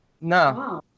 No